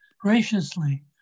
Graciously